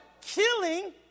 killing